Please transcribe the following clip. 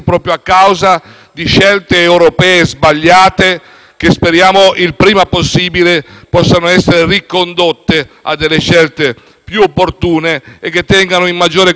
che speriamo il prima possibile possano essere ricondotte a opzioni più opportune e che tengano in maggiore considerazione la nostra realtà.